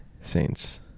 saints